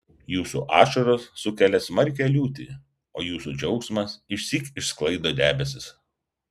jūsų ašaros sukelia smarkią liūtį o jūsų džiaugsmas išsyk išsklaido debesis